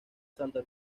santa